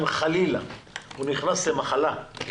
אם חלילה הוא נכנס למחלה אז אין לו ביטוחים.